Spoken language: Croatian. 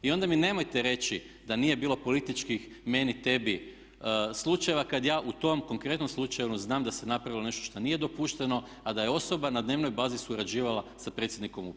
I onda mi nemojte reći da nije bilo političkih meni-tebi slučajeva, kada ja u tom konkretnom slučaju znam da se napravilo nešto što nije dopušteno a da je osoba na dnevnoj bazi surađivala sa predsjednikom uprave.